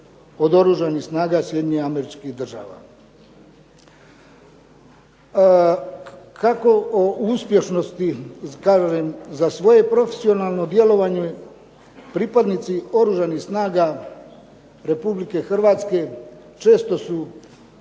od Oružanih snaga Sjedinjenih Američkih Država. Kako o uspješnosti za svoje profesionalno djelovanje pripadnici Oružanih snaga Republike Hrvatske često su